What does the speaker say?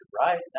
right